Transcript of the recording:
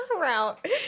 route